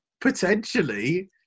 potentially